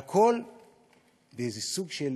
והכול באיזה סוג של